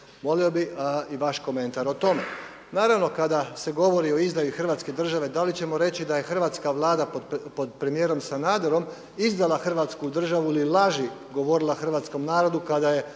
Molio bi i vaš komentar o tome. Naravno kada se govori o izdaji Hrvatske države da li ćemo reći da je hrvatska Vlada pod premijerom Sanaderom izdala Hrvatsku državu ili laži govorila hrvatskom narodu kada je